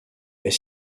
est